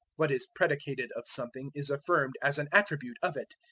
what is predicated of something is affirmed as an attribute of it,